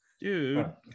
dude